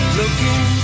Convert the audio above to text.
looking